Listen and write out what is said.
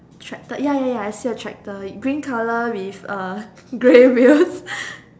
tractor ya ya ya I see a tractor green colour with uh grey wheels